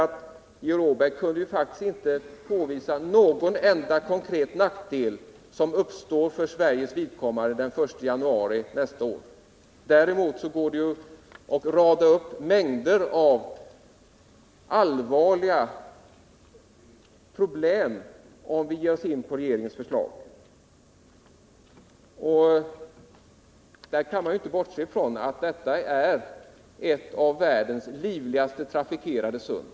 Georg Åberg kunde ju faktiskt inte påvisa någon enda konkret nackdel som uppstår för Sveriges vidkommande om vi väntar tills vidare. Däremot går det att rada upp mängder av allvarliga problem som uppstår om vi ger oss in på regeringens förslag. Man kan inte bortse från att det här gäller ett av världens livligast trafikerade sund.